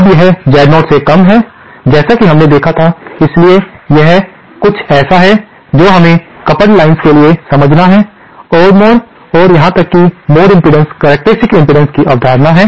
अब यह Z0 से कम है जैसा कि हमने देखा था इसलिए यह कुछ ऐसा है जो हमें कपल्ड लाइन्स के लिए समझना है ओड मोड और यहां तक कि मोड इम्पीडेन्स करक्टेरिस्टिक्स इम्पीडेन्स की अवधारणा है